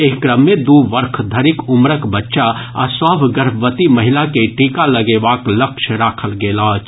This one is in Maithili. एहि क्रम मे दू वर्ष धरिक उम्रक बच्चा आ सभ गर्भवती महिला के टीका लगेबाक लक्ष्य राखल गेल अछि